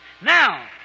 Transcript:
Now